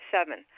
Seven